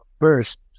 first